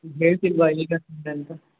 ಹೇಳ್ತಿಲ್ವಾ ಈಗ ತಿಂದೆ ಅಂತ